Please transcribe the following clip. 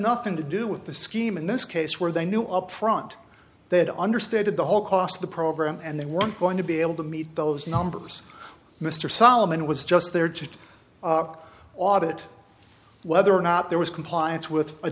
nothing to do with the scheme in this case where they knew up front that understated the whole cost of the program and they weren't going to be able to meet those numbers mr solomon was just there to audit whether or not there was compliance with